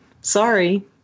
Sorry